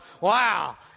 wow